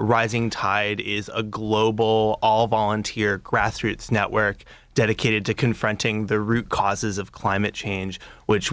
rising tide is a global all volunteer grassroots network dedicated to confronting the root causes of climate change which